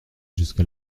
jusqu’à